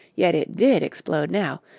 yet it did explode now,